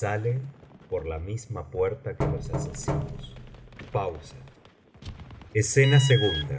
sale pona misma puerta que los asesinos pausa escena ii